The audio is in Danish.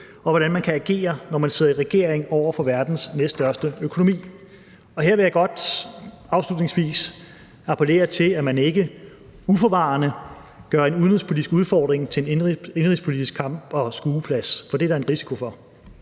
og hvordan man kan agere, når man sidder i regering, over for verdens næststørste økonomi. Og her vil jeg godt afslutningsvis appellere til, at man ikke uforvarende gør en udenrigspolitisk udfordring til en indenrigspolitisk kamp- og skueplads, for det er der en risiko for.